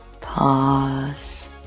Pause